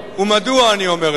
ומדוע אני אומר את זאת?